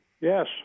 yes